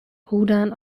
rudern